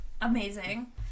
Amazing